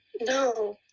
No